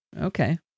Okay